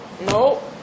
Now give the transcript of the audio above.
no